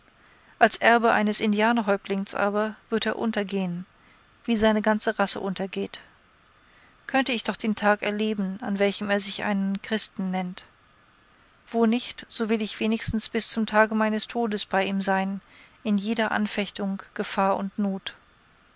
als erbe eines indianerhäuptlings aber wird er untergehen wie seine ganze rasse untergeht könnte ich doch den tag erleben an welchem er sich einen christen nennt wo nicht so will ich wenigstens bis zum tage meines todes bei ihm sein in jeder anfechtung gefahr und not